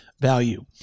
value